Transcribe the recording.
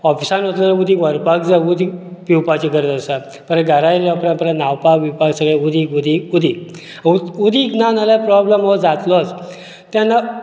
ऑफीसांत वतना उदीक व्हरपाक जाय उदीक पिवपाची गरज आसा परत घरां येयले उपरांत परत न्हांवपाक पिवपाक सगळें उदीक उदीक उदीक उदीक ना जाल्यार प्रॉब्लेम हो जातलोच तेन्ना